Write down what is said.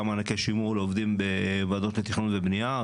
גם מענקי שימור לעובדים בוועדות לתכנון ובנייה.